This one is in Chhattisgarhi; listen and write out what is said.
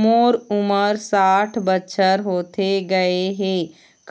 मोर उमर साठ बछर होथे गए हे